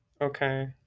Okay